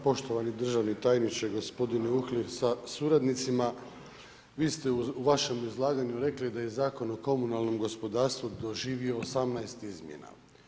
Poštovani državni tajniče gospodine Uhlir sa suradnicima, vi ste u vašem izlaganju rekli, da je Zakon o komunalnom gospodarstvu, doživio 18 izmjena.